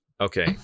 Okay